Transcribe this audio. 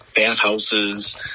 bathhouses